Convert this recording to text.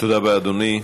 תודה רבה, אדוני.